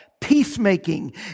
Peacemaking